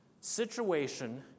situation